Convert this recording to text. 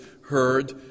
heard